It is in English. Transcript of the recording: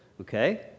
Okay